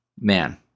man